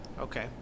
okay